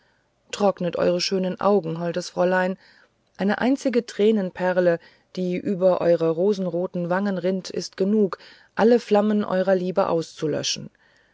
trocknet eure schönen augen holdes fräulein eine einzige tränenperle die über eure rosenroten wangen rinnt ist genug alle flammen eurer liebe auszulöschen